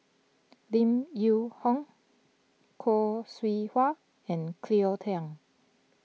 Lim Yew Hong Khoo Seow Hwa and Cleo Thang